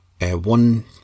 one